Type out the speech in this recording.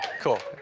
cool.